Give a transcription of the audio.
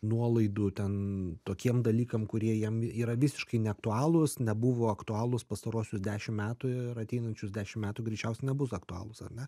nuolaidų ten tokiem dalykam kurie jam yra visiškai neaktualūs nebuvo aktualūs pastaruosius dešim metų ir ateinančius dešim metų greičiausiai nebus aktualūs ar ne